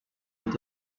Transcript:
with